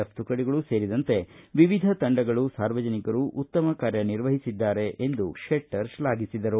F ತುಕಡಿಗಳು ಸೇರಿದಂತೆ ವಿವಿಧ ತಂಡಗಳು ಸಾರ್ವಜನಿಕರು ಉತ್ತಮ ಕಾರ್ಯ ನಿರ್ವಹಿಸಿದ್ದಾರೆ ಎಂದು ಶೆಟ್ಟರ್ ಶ್ಲಾಘಿಸಿದರು